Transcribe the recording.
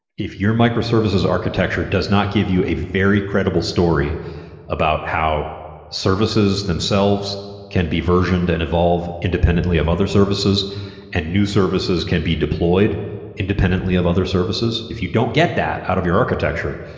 if your microservices architecture does not give you a very credible story about how services themselves can be versioned and evolved independently of other services and new services can be deployed independently of other services. if you don't get that out of your architecture,